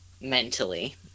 Mentally